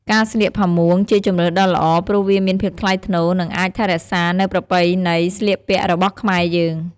ការស្លៀកផាមួង ជាជម្រើសដ៏ល្អព្រោះវាមានភាពថ្លៃថ្នូរ និងអាចថែរក្សានៅប្រពៃណីស្លៀកពាក់របស់ខ្មែរយើង។